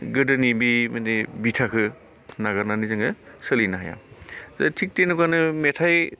गोदोनि बे माने बिथाखौ नागारनानै जोङो सोलिनो हाया जे थिग थेनेकानो मेथाइ